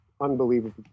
unbelievable